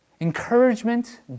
Encouragement